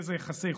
אילו יחסי חוץ?